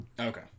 Okay